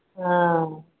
हॅं